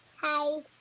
Hi